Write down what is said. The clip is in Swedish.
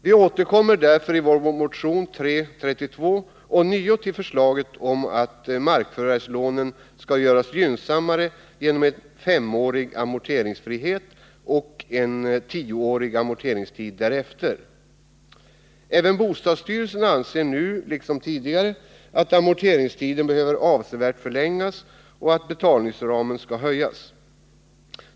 Vi återkommer därför i motion 332 ånyo till förslaget om att markförvärvslånen skall göras gynnsammare genom en femårig amorteringsfrihet och en tioårig amorteringstid därefter. Även bostadsstyrelsen anser nu liksom tidigare att amorteringstiden behöver avsevärt förlängas och betalningsramen vidgas.